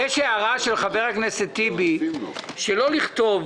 יש הערה של חבר הכנסת טיבי, שלא לכתוב